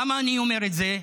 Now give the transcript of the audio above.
למה אני אומר את זה?